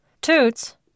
Toots